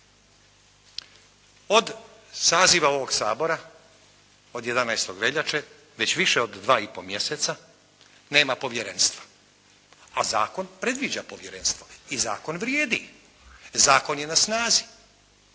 Od saziva ovog Sabora od 11. veljače već više od dva i pol mjeseca nema povjerenstva a zakon predviđa povjerenstvo i zakon vrijedi. Zakon je na snazi.